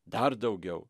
dar daugiau